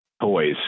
toys